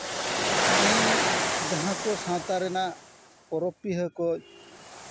ᱤᱧ ᱡᱟᱦᱟᱸ ᱠᱚ ᱥᱟᱶᱛᱟ ᱨᱮᱱᱟᱜ ᱯᱚᱨᱚᱵᱽ ᱯᱤᱦᱟᱹ ᱠᱚ